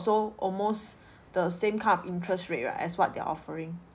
also almost the same kind of interest rate right as what they're offering